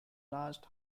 last